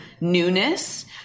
newness